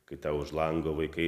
kai tau už lango vaikai